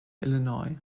illinois